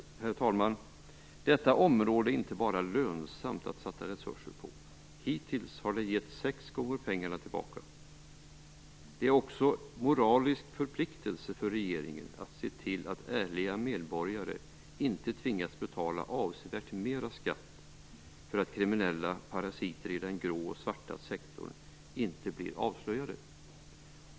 Herr talman! Detta område är det inte bara lönsamt att satsa resurser på. Hittills har det gett sex gånger satsade pengar tillbaka! Det är också en moralisk förpliktelse för regeringen att se till att övriga medborgare inte tvingas betala avsevärt mer i skatt därför att kriminella parasiter i den grå och den svarta sektorn inte blir avslöjade.